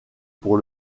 pour